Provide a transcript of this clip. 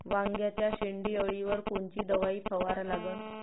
वांग्याच्या शेंडी अळीवर कोनची दवाई फवारा लागन?